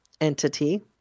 entity